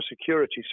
security